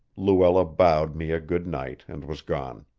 luella bowed me a good night and was gone.